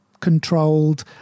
controlled